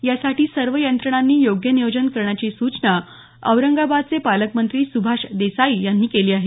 यासाठी सवे यंत्रणांनी योग्य नियोजन करण्याची सूचना औरंगाबादचे पालकमंत्री सूभाष देसाई यांनी केली आहे